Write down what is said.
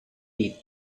its